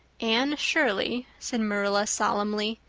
anne shirley, said marilla solemnly,